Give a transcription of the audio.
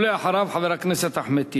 ואחריו, חבר הכנסת אחמד טיבי.